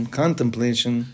contemplation